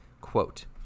quote